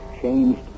...changed